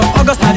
August